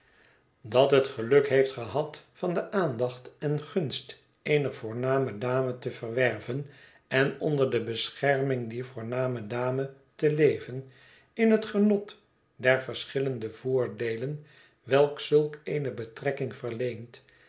dat het geluk heeft gehad van de aandacht en gunst eener voorname dame te verwerven en onder de bescherming dier voorname dame te leven in het genot der verschillende voordeden welke zulk eene betrekking verleent